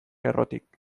errotik